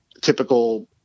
typical